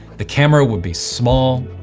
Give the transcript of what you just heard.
the camera would be small,